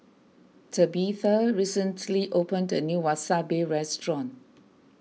Tabitha recently opened a new Wasabi restaurant